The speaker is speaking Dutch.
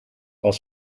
als